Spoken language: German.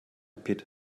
pit